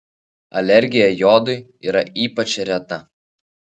alergija jodui yra ypač reta